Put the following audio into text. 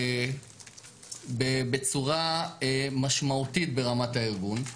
בצורה משמעותית ברמת הארגון.